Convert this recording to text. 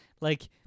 Like-